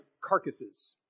carcasses